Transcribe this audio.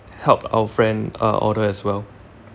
helped our friend uh order as well